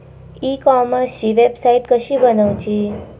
E कॉमर्सची website कशी बनवची?